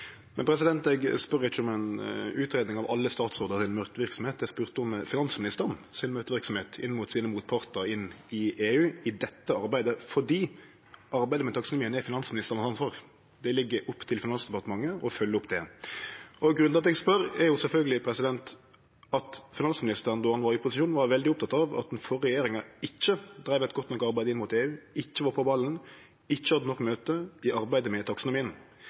Eg spør ikkje om ei utgreiing over alle statsrådane si møteverksemd. Eg spurde om finansministeren si møteverksemd inn mot sine motpartar i EU i dette arbeidet, fordi arbeidet med taksonomien er det finansministeren som har ansvar for. Det ligg til Finansdepartementet å følgje opp det. Grunnen til at eg spør, er sjølvsagt at finansministeren, då han var i opposisjon, var veldig oppteken av at den førre regjeringa ikkje dreiv eit godt nok arbeid inn mot EU, ikkje var på ballen, ikkje hadde nok møte i arbeidet med